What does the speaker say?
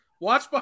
watch